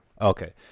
Okay